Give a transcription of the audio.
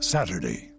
Saturday